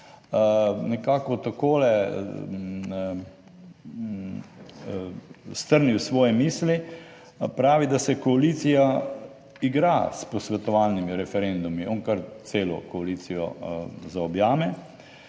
nekako takole strnil svoje misli, pravi, da se koalicija igra s posvetovalnimi referendumi. On kar celo koalicijo zaobjame